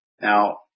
Now